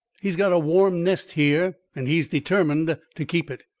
he's got a warm nest here, and he's determined to keep it.